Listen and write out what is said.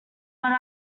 but